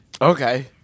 Okay